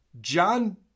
John